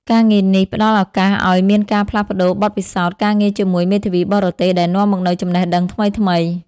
ការងារនេះផ្តល់ឱកាសឱ្យមានការផ្លាស់ប្តូរបទពិសោធន៍ការងារជាមួយមេធាវីបរទេស ដែលនាំមកនូវចំណេះដឹងថ្មីៗ។